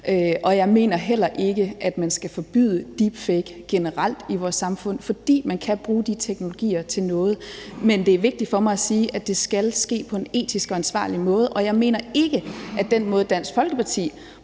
og jeg mener heller ikke, at man generelt skal forbyde deepfake i vores samfund, for man kan bruge de teknologier til noget. Men det er vigtigt for mig at sige, at det skal ske på en etisk og ansvarlig måde, at jeg mener ikke, at den måde, Dansk Folkeparti